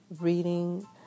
reading